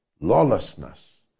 lawlessness